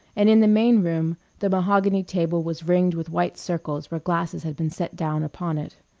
and in the main room the mahogany table was ringed with white circles where glasses had been set down upon it.